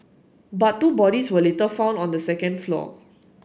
but two bodies were later found on the second floor